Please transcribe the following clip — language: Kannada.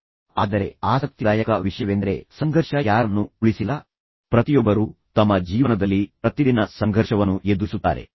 ಆದರೆ ಸಂಘರ್ಷದ ಬಗ್ಗೆ ಮುಂದಿನ ಆಸಕ್ತಿದಾಯಕ ವಿಷಯವೆಂದರೆ ಸಂಘರ್ಷ ಯಾರನ್ನು ಉಳಿಸಿಲ್ಲ ಪ್ರತಿಯೊಬ್ಬರೂ ತಮ್ಮ ಜೀವನದಲ್ಲಿ ಪ್ರತಿದಿನ ಸಂಘರ್ಷವನ್ನು ಎದುರಿಸುತ್ತಾರೆ